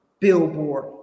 billboard